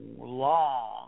long